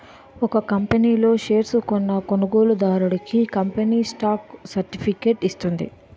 ఒక కంపనీ లో షేర్లు కొన్న కొనుగోలుదారుడికి కంపెనీ స్టాక్ సర్టిఫికేట్ ఇస్తుంది